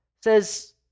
says